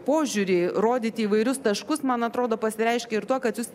požiūrį rodyti įvairius taškus man atrodo pasireiškia ir tuo kad jūs